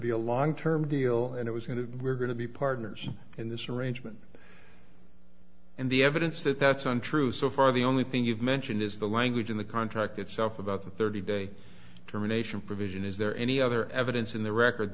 be a long term deal and it was going to we're going to be partners in this arrangement and the evidence that that's untrue so far the only thing you've mentioned is the language in the contract itself about the thirty day termination provision is there any other evidence in the record